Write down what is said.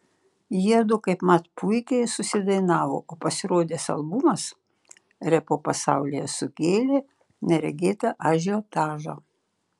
jiedu kaipmat puikiai susidainavo o pasirodęs albumas repo pasaulyje sukėlė neregėtą ažiotažą